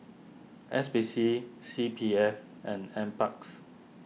S P C C P F and N Parks